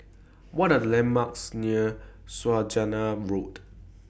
What Are The landmarks near Saujana Road